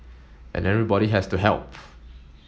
and everybody has to help